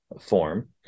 form